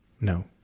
No